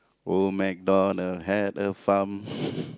old MacDonald had a farm